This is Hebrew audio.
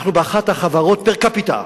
אנחנו באחת החברות, פר-קפיטה,